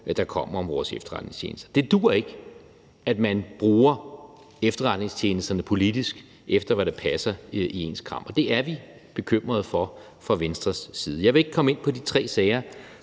der kommer om vores efterretningstjenester. Det duer ikke, at man bruger efterretningstjenesterne politisk, efter hvad der passer ind i ens kram – det er vi bekymrede for fra Venstres side. Jeg vil ikke komme ind på de tre sager,